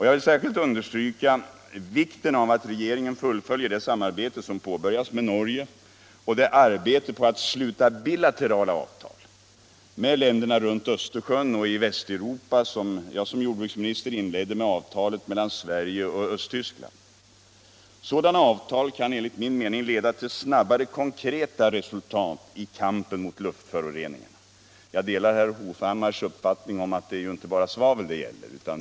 Jag vill särskilt understryka vikten av att regeringen full — svavelutsläpp följer det samarbete som påbörjats med Norge och det arbete på att sluta bilaterala avtal med länderna runt Östersjön och i Västeuropa som jag som jordbruksminister inledde med avtalet mellan Sverige och Östtyskland. Sådana avtal kan enligt min mening leda till snabbare konkreta resultat i kampen mot luftföroreningarna. Jag delar herr Hovhammars uppfattning att det inte bara gäller svavel.